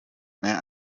mehr